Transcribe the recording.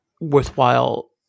worthwhile